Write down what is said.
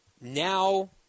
Now